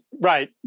right